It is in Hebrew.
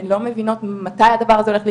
הן לא מבינות מתי הדבר הזה הולך להיגמר,